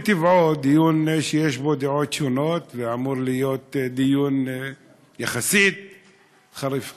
מטבעו יש בו דעות שונות ואמור להיות דיון יחסית חריף.